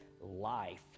life